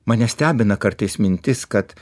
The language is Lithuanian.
mane stebina kartais mintis kad